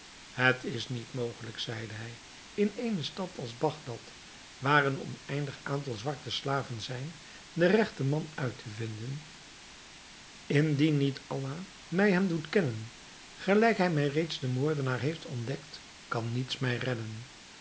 het is niet mogelijk zeide hij in eene stad als bagdad waar een oneindig aantal zwarte slaven zijn den regten man uit te vinden indien niet allah mij hem doet kennen gelijk hij mij reeds den moordenaar heeft ontdekt kan niets mij redden